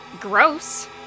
Gross